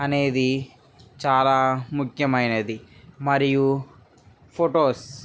అనేది చాలా ముఖ్యమైనది మరియు ఫొటోస్